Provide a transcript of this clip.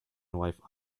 wife